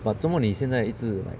but 做么你现在一直 like